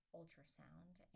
ultrasound